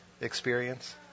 experience